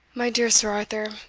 my dear sir arthur,